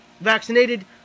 vaccinated